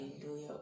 Hallelujah